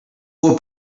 will